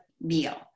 meal